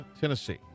Tennessee